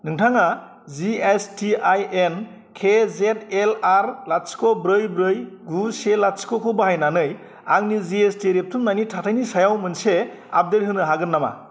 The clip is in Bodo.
नोंथाङा G S T I N K J L R लाथिख' ब्रै ब्रै गु से लाथिख'खौ बाहायनानै आंनि जि एस टि रेबथुमनायनि थाथायनि सायाव मोनसे आपडेट होनो हागोन नामा